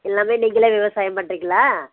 எல்லாமே நீங்களே விவசாயம் பண்ணுறிங்களா